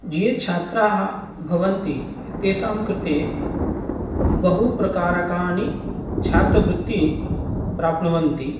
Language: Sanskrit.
ये छात्राः भवन्ति तेषां कृते बहुप्रकारकाणि छात्रवृत्तयः प्राप्नुवन्ति